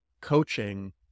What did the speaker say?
coaching